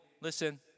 Listen